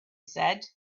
said